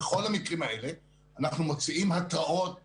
בכל המקרים האלה אנחנו מוציאים התראות למשרדים,